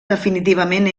definitivament